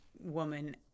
woman